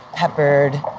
peppered